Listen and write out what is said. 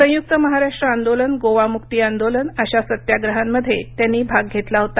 संयुक महाराष्ट्र आंदोलन गोवामुक्ती आंदोलन अशा सत्याप्रहांमध्ये त्यांनी भाग घेतला होता